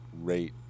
rate